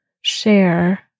share